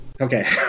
Okay